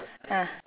ah